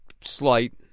slight